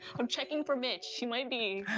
i'm checking for mitch, he might be.